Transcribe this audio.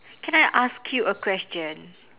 can I ask you a question